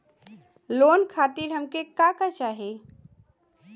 Loan खातीर हमके का का चाही?